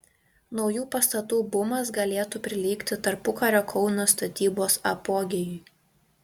naujų pastatų bumas galėtų prilygti tarpukario kauno statybos apogėjui